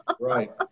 Right